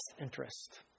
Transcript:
interest